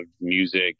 music